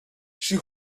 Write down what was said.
she